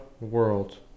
world